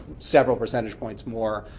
several percentage points more,